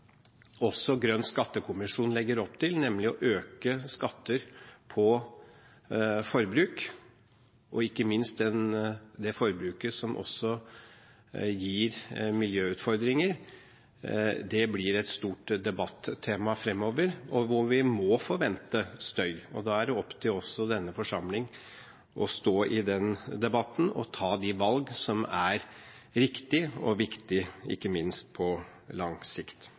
også Grønn skattekommisjon legger opp til, nemlig å øke skatter på forbruk – ikke minst det forbruket som også gir miljøutfordringer – blir et stort debattema framover, hvor vi må forvente støy. Da er det opp til oss og denne forsamling å stå i den debatten og ta de valg som er riktige og viktige, ikke minst på lang sikt.